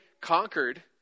conquered